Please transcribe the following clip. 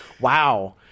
wow